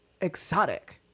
exotic